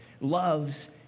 loves